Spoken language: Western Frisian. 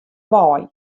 wei